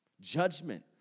Judgment